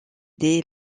des